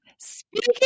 Speaking